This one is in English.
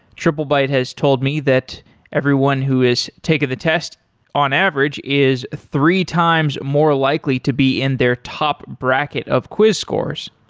triplebyte has told me that everyone who has taken the test on average is three times more likely to be in their top bracket of quiz course.